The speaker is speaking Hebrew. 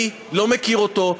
אני לא מכיר אותו,